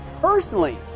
personally